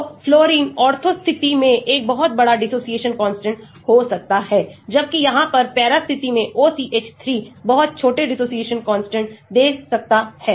तो fluorine ortho स्थिति में एक बहुत बड़ा dissociation constant हो सकता है जबकि यहाँ एक पैरा स्थिति में OCH3 बहुत छोटे dissociation constant दे सकता है